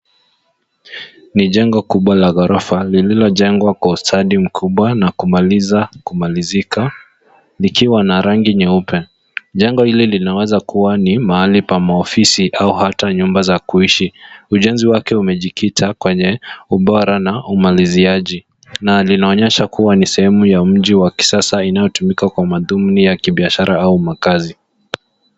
Ni jengo kubwa la ghorofa lililojengwa kwa ustadi mkubwa na kumaliza kumalizika, likiwa na rangi nyeupe. Jengo hili linaweza kuwa ni mahali pa maofisi au hata nyumba za kuishi. Ujenzi wake umejikita kwenye ubora na umaliziaji na linaonyesha kuwa ni sehemu ya mji wa kisasa unaotumika kwa madhumni ya kibiashara au makazi.